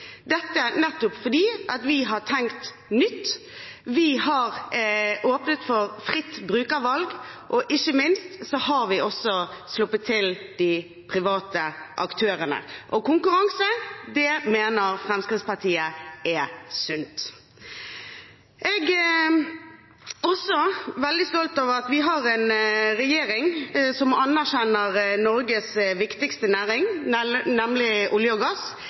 nettopp fordi vi har tenkt nytt, vi har åpnet for fritt brukervalg, og ikke minst har vi også sluppet til de private aktørene – og konkurranse mener Fremskrittspartiet er sunt. Jeg er også veldig stolt av at vi har en regjering som anerkjenner Norges viktigste næring, nemlig olje og gass.